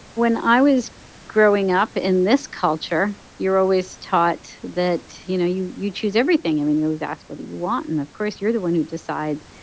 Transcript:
when i was growing up, in this culture, you're always taught that, you know, you you choose everything. i mean, you're always asked, what do you want? and, of course, you're the one who decides,